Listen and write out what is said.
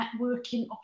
networking